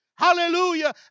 Hallelujah